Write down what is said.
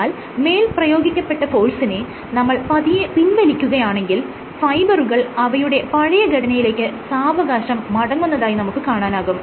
എന്നാൽ മേൽ പ്രയോഗിക്കപെട്ട ഫോഴ്സിനെ നമ്മൾ പതിയെ പിൻവലിക്കുകയാണെങ്കിൽ ഫൈബറുകൾ അവയുടെ പഴയ ഘടനയിലേക്ക് സാവകാശം മടങ്ങുന്നതായി നമുക്ക് കാണാനാകും